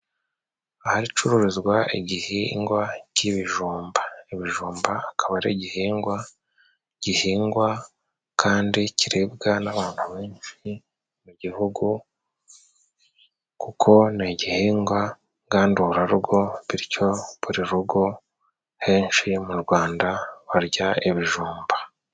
Ahacururizwa igihingwa cy'ibijumba. Ibijumba akaba ari igihingwa, gihingwa kandi kiribwa n'abantu benshi mu gihugu. Kuko ni igihingwa ngandurarugo bityo buri rugo, henshi mu Rwanda barya ibijumba.